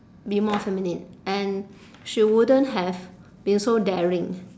be more feminine and she wouldn't have been so daring